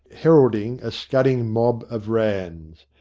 heralding a scudding mob of ranns.